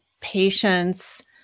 patients